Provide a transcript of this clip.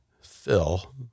Phil